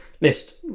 list